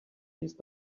please